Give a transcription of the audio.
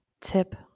tip